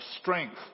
strength